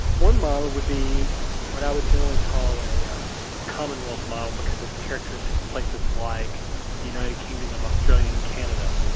one model would be what i would generally call a um commonwealth model because it's characteristic of places like the united kingdom and australia and canada.